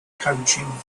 coaching